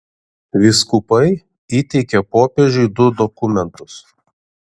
vyskupai įteikė popiežiui du dokumentus